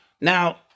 Now